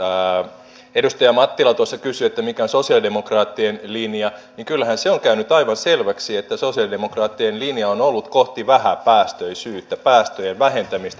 kun edustaja mattila kysyi mikä on sosialidemokraattien linja niin kyllähän se on käynyt aivan selväksi että sosialidemokraattien linja on ollut kohti vähäpäästöisyyttä päästöjen vähentämistä